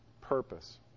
purpose